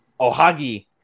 Ohagi